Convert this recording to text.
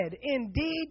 indeed